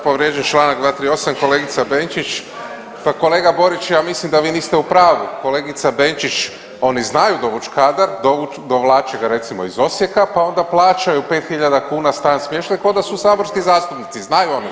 Povrijeđen je čl. 238. kolegica Benčić, pa kolega Boriću ja mislim da vi niste u pravu kolegica Benčić oni znaju dovuć kadar, dovlače ga recimo iz Osijeka pa onda plaćaju 5.000 kuna stan, smještaj ko da su saborski zastupnici, znaju oni to.